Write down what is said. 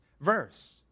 verse